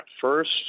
first